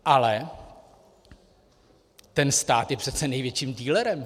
Ale ten stát je přece největším dealerem.